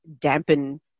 dampen